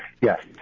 Yes